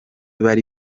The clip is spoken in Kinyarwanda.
bari